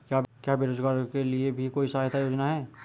क्या बेरोजगारों के लिए भी कोई सहायता योजना है?